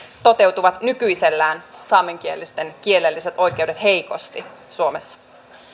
nykyisellään saamenkielisten kielelliset oikeudet toteutuvat heikosti suomessa